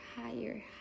higher